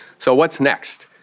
so what's next?